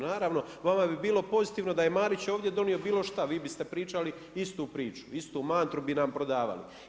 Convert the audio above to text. Naravno, vama bi bilo pozitivno da je Marić ovdje donio bilo što, vi biste pričali istu priču, istu mantru bi nam prodavali.